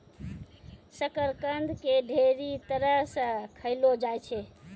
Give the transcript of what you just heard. शकरकंद के ढेरी तरह से खयलो जाय छै